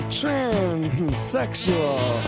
transsexual